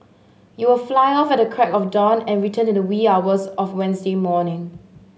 you'll fly off at the crack of dawn and return in the wee hours of Wednesday morning